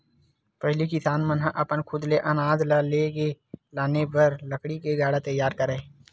पहिली किसान मन ह अपन खुद ले अनाज ल लेगे लाने बर लकड़ी ले गाड़ा तियार करय